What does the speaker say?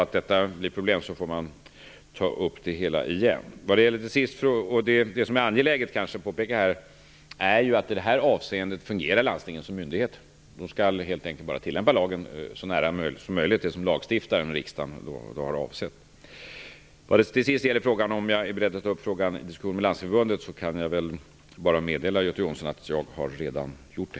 Men om det blir problem, får man ta upp det hela igen. Något som är angeläget att påpeka är att landstinget i det här avseendet fungerar som myndighet. Det skall helt enkelt tillämpa lagen i så nära överensstämmelse med lagstiftarens avsikt som möjligt. Vad till sist gäller frågan om jag är beredd att ta upp frågan med Landstingsförbundet kan jag bara meddela Göte Jonsson att jag redan har gjort det.